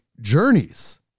Journeys